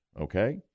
okay